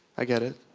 i get it.